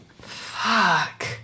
Fuck